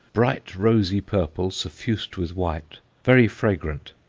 bright rosy-purple suffused with white, very fragrant,